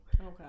okay